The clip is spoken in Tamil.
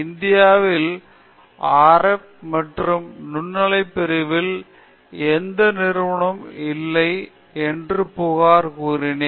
இந்தியாவில் ஆர்ப் மற்றும் நுண்ணலை பிரிவில் எந்த நிறுவனம் இல்லை என்று புகார் கூறினேன்